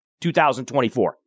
2024